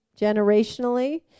Generationally